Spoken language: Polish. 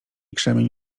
krzemień